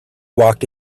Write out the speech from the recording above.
walked